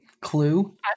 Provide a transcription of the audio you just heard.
Clue